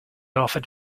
offered